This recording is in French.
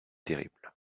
terrible